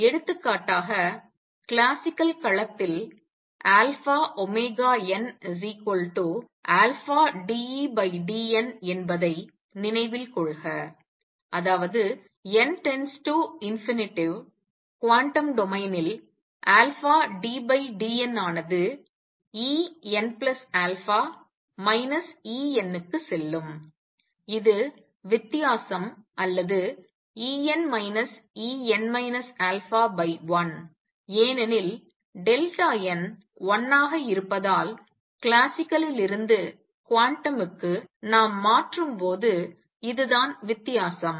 எனவே எடுத்துக்காட்டாக கிளாசிக்கல் களத்தில் αωnαdEdn என்பதை நினைவில் கொள்க அதாவது n→ ∞ குவாண்டம் டொமைனில் ddn ஆனது Enα En க்குச் செல்லும் இது வித்தியாசம் அல்லது En En α1ஏனெனில் n 1ஆக இருப்பதால் கிளாசிக்கலில் இருந்து குவாண்டமுக்கு நாம் மாற்றும்போது இதுதான் வித்தியாசம்